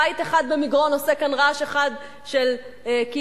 בית אחד במגרון עושה כאן רעש כאילו מדובר